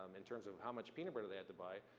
um in terms of how much peanut butter they had to buy,